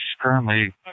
currently